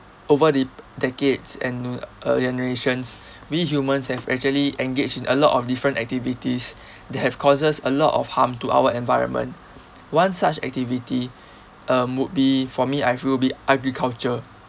over the decades and ne~ uh generations we humans have actually engage in a lot of different activities that have causes a lot of harm to our environment one such activity um would be for me I feel would be agriculture